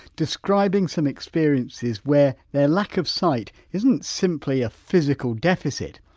describing some experiences where their lack of sight isn't simply a physical deficit,